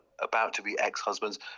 about-to-be-ex-husband's